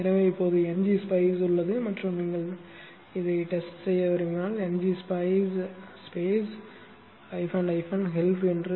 எனவே இப்போது ngSpice உள்ளது மற்றும் நீங்கள் சோதிக்க விரும்பினால் ngSpice help என தட்டச்சு செய்யவும்